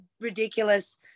ridiculous